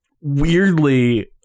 weirdly